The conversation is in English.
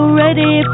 ready